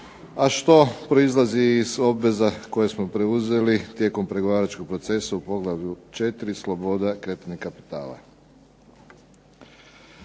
a što proizlazi iz obveza koje smo preuzeli tijekom pregovaračkog procesa u poglavlju 4 – Sloboda kretanja kapitala.